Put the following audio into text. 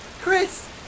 Chris